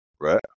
right